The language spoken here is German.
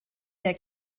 der